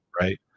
right